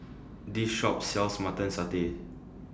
This Shop sells Mutton Satay